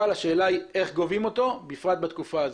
השאלה היא איך גובים אותו בפרט בתקופה הזאת.